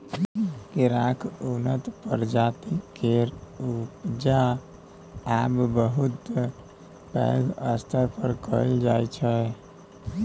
केराक उन्नत प्रजाति केर उपजा आब बहुत पैघ स्तर पर कएल जाइ छै